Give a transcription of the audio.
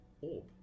orb